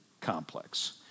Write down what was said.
complex